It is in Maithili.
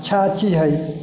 अच्छा चीज है